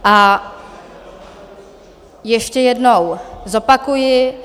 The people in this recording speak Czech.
A ještě jednou zopakuji.